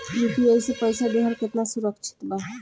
UPI से पईसा देहल केतना सुरक्षित बा?